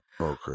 Okay